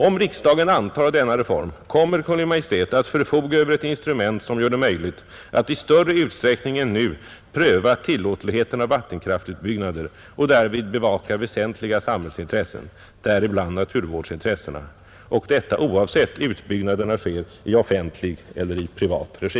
Om riksdagen antar denna reform kommer Kungl. Maj:t att förfoga över ett instrument som gör det möjligt att i större utsträckning än nu pröva tillåtligheten av vattenkraftutbyggnader och därvid bevaka väsentliga samhällsintressen, däribland naturvårdsintressena. Och detta oavsett om utbyggnaderna sker i offentlig eller privat regi.